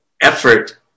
effort